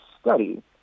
study